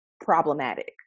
problematic